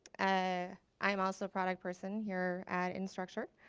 ah i'm also product person here at instructure.